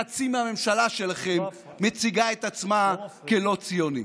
חצי מהממשלה שלכם מציגה את עצמה כלא ציונית.